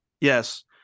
Yes